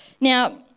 Now